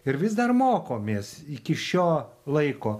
ir vis dar mokomės iki šio laiko